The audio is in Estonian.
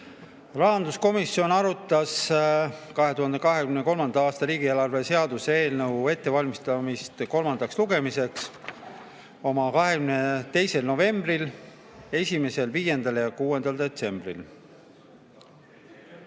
Rahanduskomisjon arutas 2023. aasta riigieelarve seaduse eelnõu ettevalmistamist kolmandaks lugemiseks oma [istungitel] 22. novembril ning 1., 5. ja 6. detsembril.